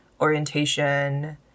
orientation